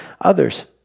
others